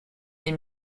les